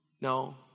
No